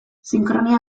sinkronia